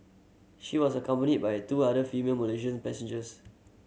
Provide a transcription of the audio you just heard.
she was accompanied by two other female Malaysians passengers